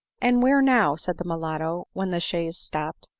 and where now? said the mulatto, when the chaise stopped.